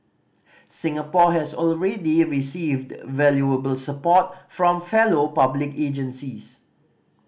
Singapore has already received valuable support from fellow public agencies